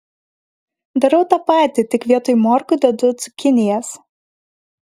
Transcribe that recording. darau tą patį tik vietoj morkų dedu cukinijas